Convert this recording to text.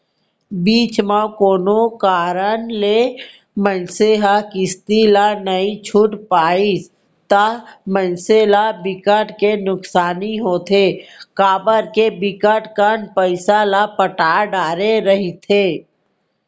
बीच म कोनो कारन ले मनसे ह किस्ती ला नइ छूट पाइस ता मनसे ल बिकट के नुकसानी होथे काबर के बिकट कन पइसा ल पटा डरे रहिथे